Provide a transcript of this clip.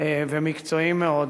ומקצועיים מאוד,